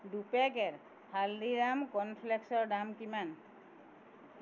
দুপেকেট হালদিৰাম কৰ্ণফ্লেকছৰ দাম কিমান